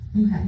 Okay